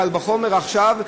קל וחומר עכשיו,